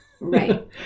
Right